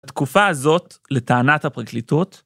התקופה הזאת, לטענת הפרקליטות,